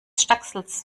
stackselst